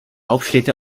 hauptstädte